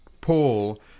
Paul